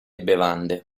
bevande